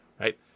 right